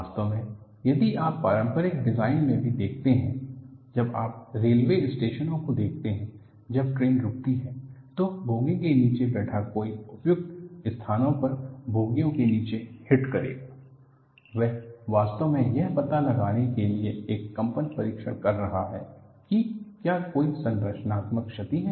वास्तव में यदि आप पारंपरिक डिजाइन में भी देखते हैं जब आप रेलवे स्टेशनों को देखते हैं जब ट्रेन रुकती है तो बोगी में नीचे बैठा कोई उपयुक्त स्थानों पर बोगियों के नीचे हिट करेगा वह वास्तव में यह पता लगाने के लिए एक कंपन परीक्षण कर रहा है कि क्या कोई संरचनात्मक क्षति है